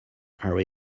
are